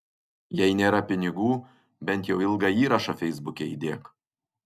jei nėra pinigų bent jau ilgą įrašą feisbuke įdėk